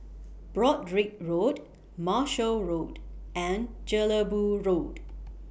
Broadrick Road Marshall Road and Jelebu Road